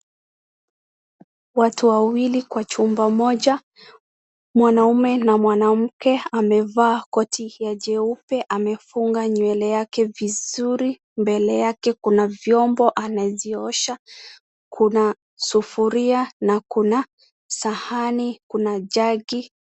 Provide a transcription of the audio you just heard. Watu wawili kwa chumba moja. Mwanaume na mwanamke amevaa koti ya jeupe amefunga nywele yake vizuri, mbele yake kuna viombo ameziosha. Kuna sufuria, na kuna sahani, kuna jagi.